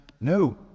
No